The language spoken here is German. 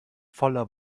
voller